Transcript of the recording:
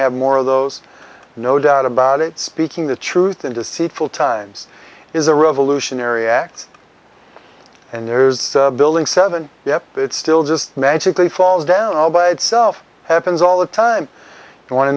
have more of those no doubt about it speaking the truth and to see it full times is a revolutionary act and there's building seven yet it's still just magically falls down all by itself happens all the time and want to